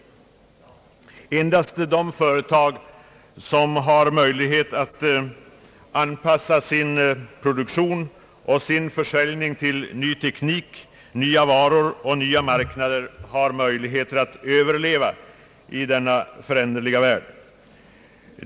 Endast de företag som har möjlighet att anpassa sin produktion och sin försörjning till ny teknik, nya varor och nya marknader förmår överleva i denna föränderliga värld.